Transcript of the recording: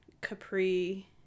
Capri